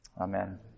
Amen